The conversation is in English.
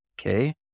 Okay